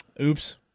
Oops